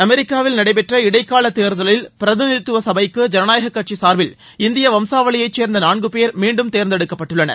அமெிக்காவில் நடைபெற்ற இடைக்கால தேர்தலில் பிரதிநிதித்துவ சபைக்கு ஜனநாயக கட்சி சார்பில் இந்திய வம்சாவளியைச் சேர்ந்த நான்கு பேர் மீண்டும் தேர்ந்தெடுக்கப்பட்டுள்ளனர்